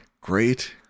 Great